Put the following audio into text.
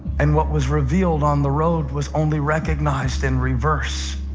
and what was revealed on the road was only recognized in reverse.